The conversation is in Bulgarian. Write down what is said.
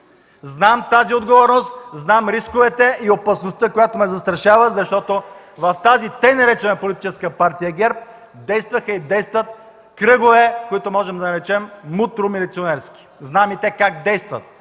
Знам тази отговорност, знам рисковете и опасността, която ме застрашава, защото в тази така наречена „Политическа партия ГЕРБ” действаха и действат кръгове, които можем да наречем мутро-милиционерски. Знам и как те действат